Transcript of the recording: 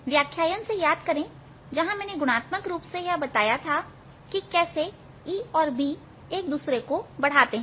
व्याख्यान से याद करें जहां मैंने गुणात्मक रूप से यह बताया था कि कैसे E और B एक दूसरे को बढ़ाते हैं